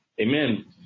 Amen